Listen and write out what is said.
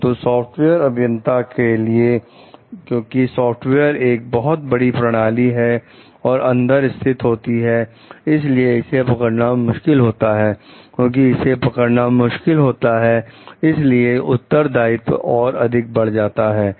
परंतु सॉफ्टवेयर अभियंता के लिए क्योंकि सॉफ्टवेयर एक बहुत बड़ी प्रणाली के अंदर स्थित होता है इसलिए इसे पकड़ना मुश्किल होता है क्योंकि इसे पकड़ना मुश्किल होता है इसलिए उत्तरदायित्व और अधिक बढ़ जाता है